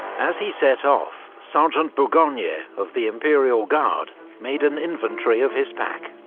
as he set off, sergeant bourgogne yeah of the imperial guard made an inventory of his pack.